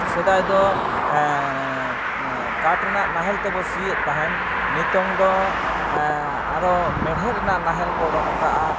ᱥᱮᱫᱟᱭ ᱫᱚ ᱠᱟᱴᱷ ᱨᱮᱱᱟᱜ ᱱᱟᱦᱮᱞ ᱛᱮᱵᱚ ᱥᱤᱭᱮᱫ ᱛᱟᱦᱮᱱ ᱱᱤᱛᱚᱝ ᱫᱚ ᱟᱨᱳ ᱢᱮᱲᱦᱮᱫ ᱨᱮᱱᱟᱜ ᱱᱟᱦᱮᱞ ᱠᱚ ᱚᱰᱳᱠ ᱟᱠᱟᱜᱼᱟ